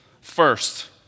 first